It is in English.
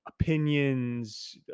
opinions